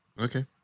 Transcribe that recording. Okay